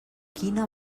quina